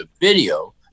video